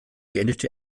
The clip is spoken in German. beendete